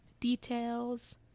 details